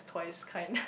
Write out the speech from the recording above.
twice kind